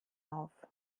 auf